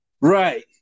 Right